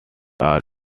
are